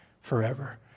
forever